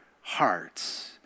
hearts